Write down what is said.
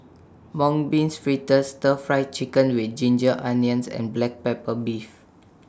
Mung Beans Fritters Stir Fried Chicken with Ginger Onions and Black Pepper Beef